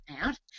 out